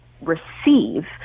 receive